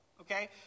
okay